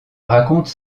raconte